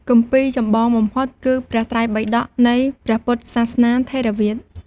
គម្ពីរចម្បងបំផុតគឺព្រះត្រៃបិដកនៃព្រះពុទ្ធសាសនាថេរវាទ។